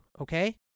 okay